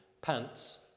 pants